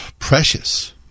Precious